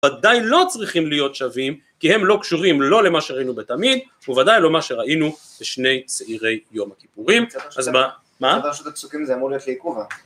וודאי לא צריכים להיות שווים, כי הם לא קשורים לא למה שראינו בתמיד, וודאי לא מה שראינו לשני צעירי יום הכיפורים, אז מה? מה?